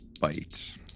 bite